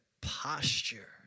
posture